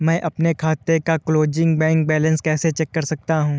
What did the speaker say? मैं अपने खाते का क्लोजिंग बैंक बैलेंस कैसे चेक कर सकता हूँ?